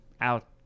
out